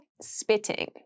spitting